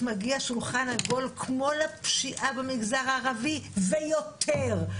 שולחן עגול כמו לפשיעה במגזר הערבי - ויותר.